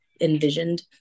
envisioned